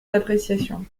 d’appréciation